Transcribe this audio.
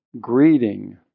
greeting